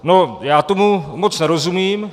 No, já tomu moc nerozumím.